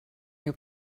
you